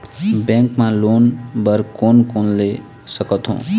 Bank मा loan बर कोन कोन ले सकथों?